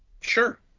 Sure